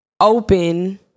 open